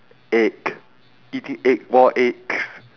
egg eating egg raw eggs